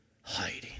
hiding